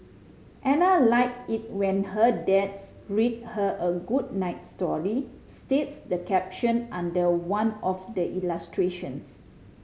Ana like it when her dads read her a good night story states the caption under one of the illustrations